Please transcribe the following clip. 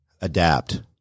adapt